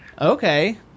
okay